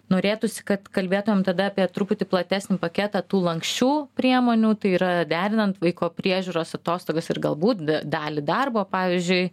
norėtųsi kad kalbėtumėm tada apie truputį platesnį paketą tų lanksčių priemonių tai yra derinant vaiko priežiūros atostogas ir galbūt dalį darbo pavyzdžiui